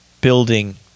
building